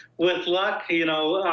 with luck, you know,